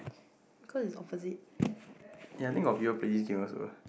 yeah I think got people play this game also